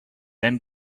then